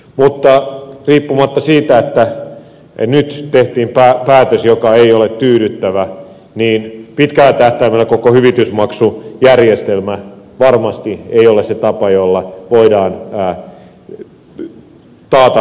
mutta riippumatta siitä että nyt tehtiin päätös joka ei ole tyydyttävä pitkällä tähtäimellä koko hyvitysmaksujärjestelmä varmasti ei ole se tapa jolla voidaan taata toimeentulo tekijöille